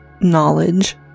knowledge